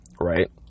right